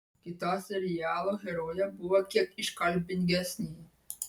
kita serialo herojė buvo kiek iškalbingesnė